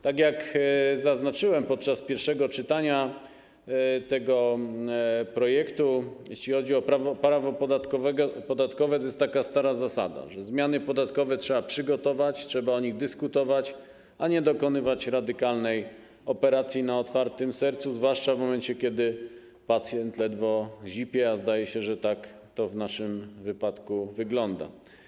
Tak jak zaznaczyłem podczas pierwszego czytania tego projektu, jeśli chodzi o prawo podatkowe, to jest taka stara zasada, że zmiany podatkowe trzeba przygotować, trzeba o nich dyskutować, a nie dokonywać radykalnej operacji na otwartym sercu, zwłaszcza kiedy pacjent ledwo zipie, a zdaje się, że tak to w naszym wypadku wygląda.